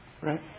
Right